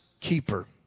keeper